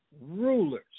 Rulers